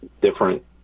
different